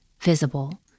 visible